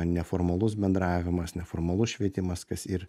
neformalus bendravimas neformalus švietimas kas ir